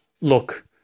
Look